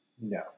No